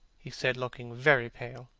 he said, looking very pale,